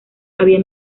había